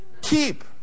Keep